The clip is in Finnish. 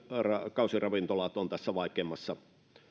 kausiravintolat ovat tässä vaikeimmassa